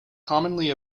commonly